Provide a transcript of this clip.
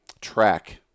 track